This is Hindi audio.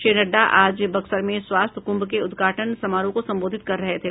श्री नड्डा आज बक्सर में स्वास्थ्य कुंभ के उद्घाटन समारोह को संबोधित कर रहे थे